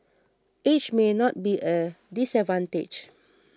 age may not be a disadvantage